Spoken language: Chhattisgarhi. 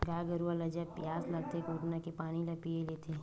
गाय गरुवा ल जब पियास लागथे कोटना के पानी ल पीय लेथे